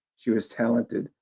she was talented.